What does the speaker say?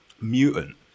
mutant